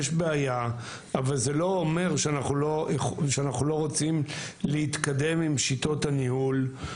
יש בעיה אבל זה לא אומר שאנחנו לא רוצים להתקדם עם שיטות הניהול.